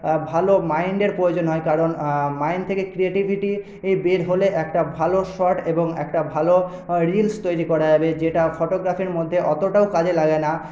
ভালো মাইন্ডের প্রয়োজন হয় কারণ মাইন্ডের থেকে ক্রিয়েটিভিটি বের হলে একটা ভালো শর্ট এবং একটা ভালো রিলস তৈরি করা যাবে যেটা ফটোগ্রাফের মধ্যে অতোটাও কাজে লাগে না